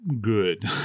good